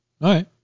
right